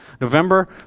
November